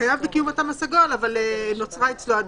שחייב בקיום התו הסגול אבל נוצרה אצלו הדבקה.